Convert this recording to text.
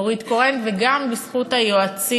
נורית קורן, וגם היועצים,